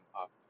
up